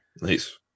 Nice